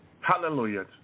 Hallelujah